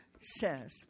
says